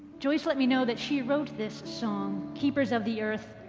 joyce let me know that she wrote this song, keepers of the earth,